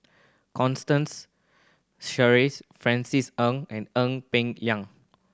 Constance Sheares Francis Ng and Ee Peng Liang